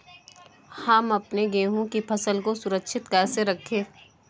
हम अपने गेहूँ की फसल को सुरक्षित कैसे रखें?